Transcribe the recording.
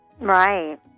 Right